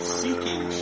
seeking